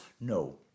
No